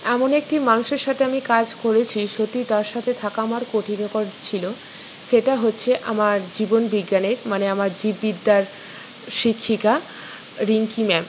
এমন একটি মানুষের সাথে আমি কাজ করেছি সত্যি তার সাথে থাকা আমার কঠিনকর ছিলো সেটা হচ্ছে আমার জীবন বিজ্ঞানে মানে আমার জীববিদ্যার শিক্ষিকা রিংকি ম্যাম